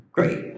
Great